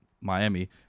Miami